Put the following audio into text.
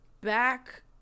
back